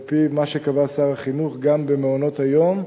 על-פי מה שקבע שר החינוך, גם במעונות היום,